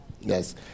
Yes